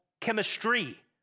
chemistry